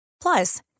Plus